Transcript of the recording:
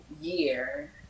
year